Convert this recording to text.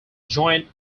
join